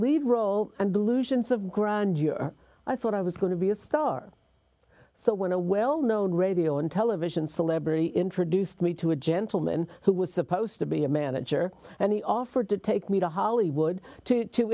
lead role and delusions of grandeur i thought i was going to be a star so when a well known radio and television celebrity introduced me to a gentleman who was supposed to be a manager and he offered to take me to hollywood to